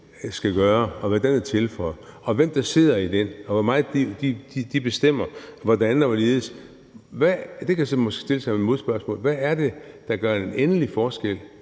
skal gøre, og hvad den er til for, og hvem der sidder i den, og hvor meget de bestemmer, og hvordan og hvorledes. Det kan jeg så måske stille som et modspørgsmål: Hvad er det, der udgør den endelige forskel